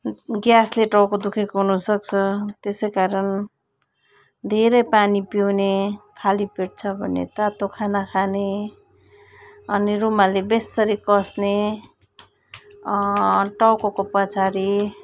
ग्यासले टाउको दुखेको हुनुसक्छ त्यसै कारण धेरै पानी पिउने खाली पेट छ भने तातो खाना खाने अनि रुमालले बेस्सरी कस्ने टाउकाको पछाडि